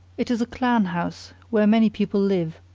it is a clan house, where many people live,